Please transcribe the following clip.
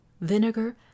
vinegar